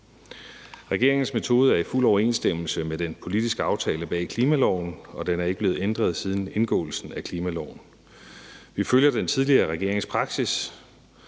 Regeringens metode er i fuld overensstemmelse med den politiske aftale bag klimaloven, og den er ikke blevet ændret siden indgåelsen af klimaloven. Vi følger den tidligere regerings praksis,